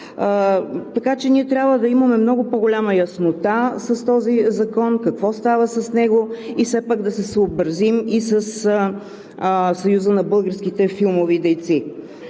Така че ние трябва да имаме много по-голяма яснота с този закон – какво става с него, и все пак да се съобразим и със Съюза на българските филмови дейци.